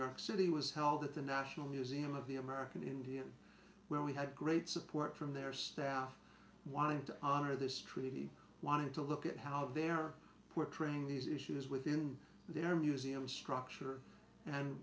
york city was held at the national museum of the american indian where we had great support from their staff wanting to honor this treaty wanted to look at how they are portraying these issues within their museum structure and